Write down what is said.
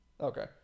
Okay